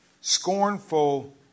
scornful